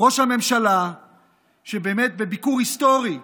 ראש הממשלה שבאמת, בביקור היסטורי באמירויות,